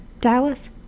Dallas